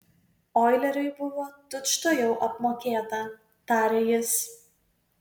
oileriui buvo tučtuojau apmokėta tarė jis